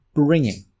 bringing